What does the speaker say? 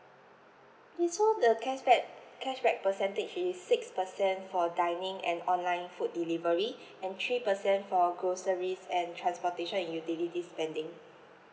this one the cashback cashback percentage is six percent for dining and online food delivery and three percent for groceries and transportation and utility spending